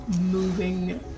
moving